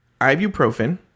ibuprofen